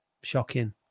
Shocking